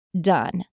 done